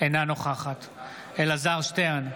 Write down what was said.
אינה נוכחת אלעזר שטרן,